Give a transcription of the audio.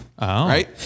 Right